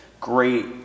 great